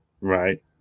right